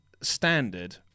standard